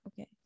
okay